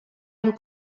amb